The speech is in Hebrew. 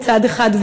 מצד אחד,